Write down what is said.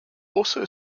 also